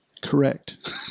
correct